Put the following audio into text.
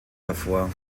hervor